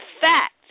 fact